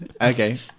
Okay